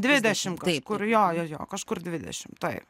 dvidešim kažkur jo jo jo kažkur dvidešimt taip